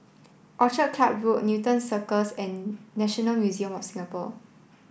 Orchid Club Road Newton Cirus and National Museum of Singapore